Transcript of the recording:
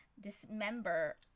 dismember